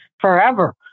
forever